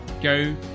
Go